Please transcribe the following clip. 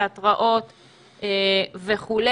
תיאטראות וכו'.